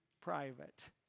private